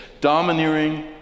Domineering